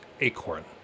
Acorn